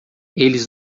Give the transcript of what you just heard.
eles